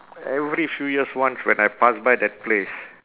every few years once when I pass by that place